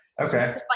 okay